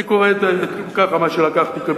אני קורא לזה כך.